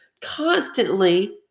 constantly